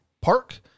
park